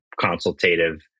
consultative